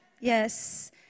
Yes